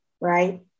right